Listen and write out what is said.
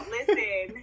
Listen